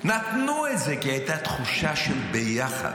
נתנו את זה כי הייתה תחושה של ביחד,